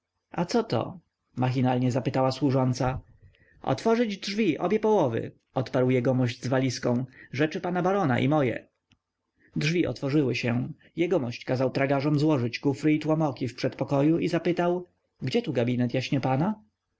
a coto machinalnie zapytała służąca otworzyć drzwi obie połowy odparł jegomość z walizką rzeczy pana barona i moje drzwi otworzyły się jegomość kazał tragarzom złożyć kufry i tłomoki w przedpokoju i zapytał gdzie tu gabinet jaśnie pana